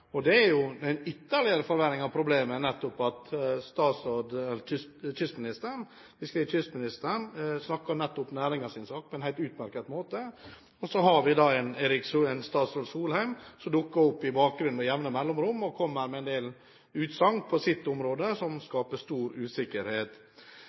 og om det samme budskapet. Det er en ytterligere forverring av problemet at fiskeri- og kystministeren snakker nettopp næringens sak på en utmerket måte, og så har vi da en statsråd Solheim som dukker opp i bakgrunnen med jevne mellomrom, og kommer med en del utsagn på sitt område som